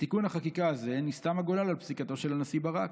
בתיקון החקיקה זה נסתם הגולל על פסיקתו של הנשיא ברק.